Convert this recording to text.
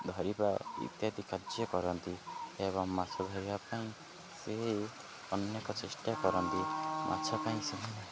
ଧରିବା ଇତ୍ୟାଦି କାର୍ଯ୍ୟ କରନ୍ତି ଏବଂ ମାଛ ଧରିବା ପାଇଁ ସେ ଅନେକ ଚେଷ୍ଟା କରନ୍ତି ମାଛ ପାଇଁ ସେମାନେ